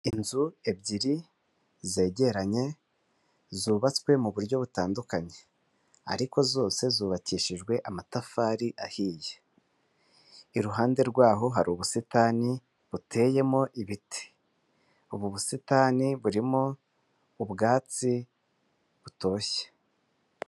Inzu ebyiri zegeranye zubatswe mu buryo butandukanye ariko zose zubakishijwe amatafari ahiye, iruhande rwaho hari ubusitani buteyemo ibiti, ubu busitani burimo ubwatsi butoshye.